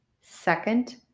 Second